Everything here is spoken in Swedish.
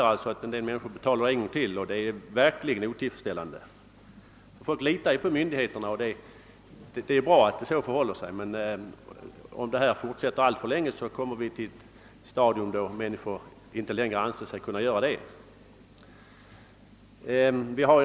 En del av de krävda betalar då skatt en gång till, och det är verkligen högst otillfredsställande. Människor litar på att myndigheterna handlar rätt, och det är ju mycket bra, men om felaktigheterna fortsätter alltför länge kommer vi slutligen i den situationen, att allmänheten inte anser sig kunna lita på myndigheterna.